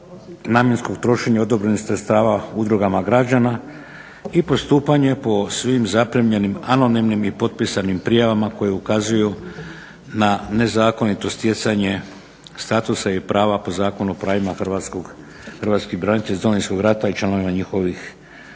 novog Zakona o kaznenom postupku. i postupanje po svim zaprimljenim anonimnim i potpisanim prijavama koje ukazuju na nezakonito stjecanje statusa i prava po Zakonu o pravima hrvatskih branitelja iz Domovinskog rata i članovima njihovih